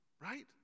Right